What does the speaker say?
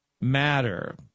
matter